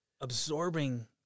absorbing